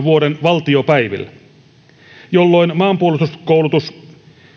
vuoden kaksituhattaseitsemän valtiopäivillä jolloin maanpuolustuskoulutus